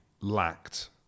lacked